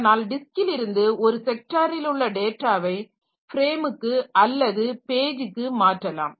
அதனால் டிஸ்க்கிலிருந்து ஒரு ஸெக்டாரில் உள்ள டேட்டாவை ஃப்ரேமுக்கு அல்லது பேஜுக்கு மாற்றலாம்